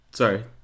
Sorry